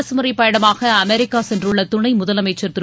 அரசுமுறைப் பயணமாக அமெரிக்கா சென்றுள்ள துணை முதலமைச்சர் திரு